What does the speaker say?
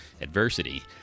adversity